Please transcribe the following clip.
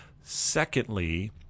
Secondly